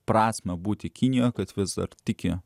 prasmę būti kinijoje kad vis dar tiki